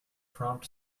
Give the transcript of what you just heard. prompt